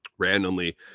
randomly